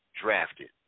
drafted